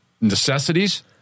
necessities